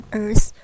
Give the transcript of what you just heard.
earth